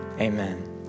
amen